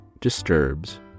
disturbs